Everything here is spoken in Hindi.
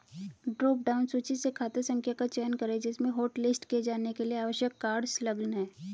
ड्रॉप डाउन सूची से खाता संख्या का चयन करें जिसमें हॉटलिस्ट किए जाने के लिए आवश्यक कार्ड संलग्न है